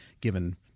given